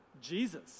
Jesus